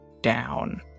down